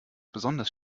besonders